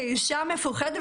כאישה מפוחדת,